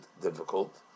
difficult